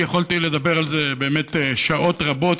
כי יכולתי לדבר על זה באמת שעות רבות,